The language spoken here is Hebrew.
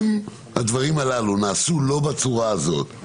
אם הדברים הללו לא נעשו בצורה הזאת,